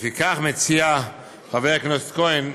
לפיכך," מציע חבר הכנסת כהן,